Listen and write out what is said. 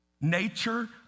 nature